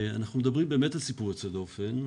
אני מדברים באמת על סיפור יוצא דופן.